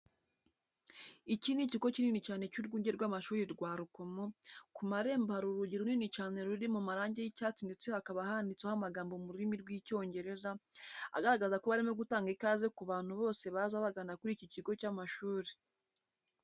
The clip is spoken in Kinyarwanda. Iki ni ikigo kinini cyane cy'urwunge rw'amashuri rwa Rukomo, ku marembo hari urugi runini cyane ruri mu marangi y'icyatsi ndetse hakaba handitseho amagambo mu rurimi rw'Icyongereza agaragaza ko barimo gutanga ikaze ku bantu bose baza bagana kuri iki kigo cy'amashuri.